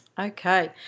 Okay